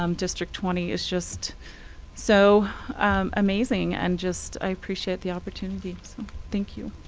um district twenty is just so amazing. and just, i appreciate the opportunity. so thank you.